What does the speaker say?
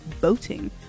boating